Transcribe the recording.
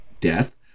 death